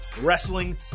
wrestling